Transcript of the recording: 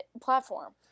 platform